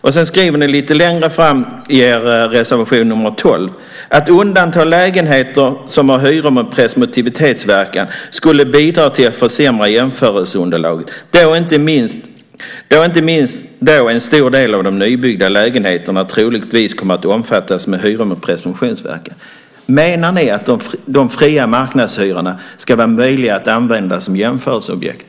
I er reservation nr 12 skriver ni: Att undanta lägenheter som har hyror med presumtionsverkan skulle bidra till att försämra jämförelseunderlaget, detta inte minst då en stor del av nybyggda lägenheter troligtvis kommer att omfattas av hyror med presumtionsverkan. Menar ni att de fria marknadshyrorna ska vara möjliga att använda som jämförelseobjekt?